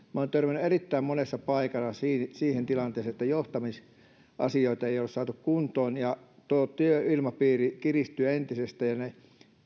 olen törmännyt erittäin monessa paikassa siihen tilanteeseen että johtamisasioita ei ole saatu kuntoon ja työilmapiiri kiristyy entisestään ja